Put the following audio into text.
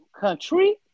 country